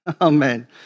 Amen